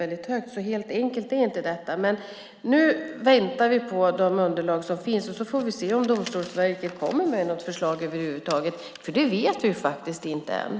Helt enkelt är alltså inte detta. Nu väntar vi på de underlag som finns, och så får vi se om Domstolsverket kommer med något förslag över huvud taget. Vi vet faktiskt inte det ännu.